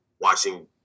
watching